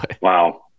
Wow